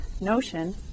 notion